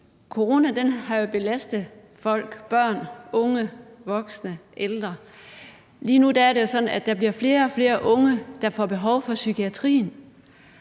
Corona har jo belastet folk – børn, unge, voksne, ældre. Lige nu er det jo sådan, at der bliver flere og flere unge, der får behov for psykiatrien,